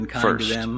first